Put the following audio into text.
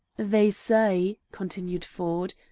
they say, continued ford,